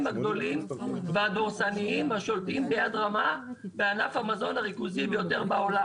הגדולים והדורסניים השולטים ביד רמה בענף המזון הריכוזי ביותר בעולם.